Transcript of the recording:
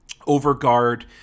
overguard